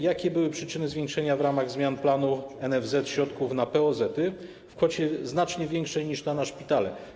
Jakie były przyczyny zwiększenia w ramach zmian planu NFZ środków na POZ-y w kwocie znacznie większej niż na szpitale?